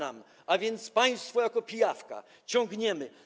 A więc państwo jako pijawka ciągniemy.